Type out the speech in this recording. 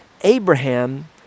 Abraham